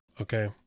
Okay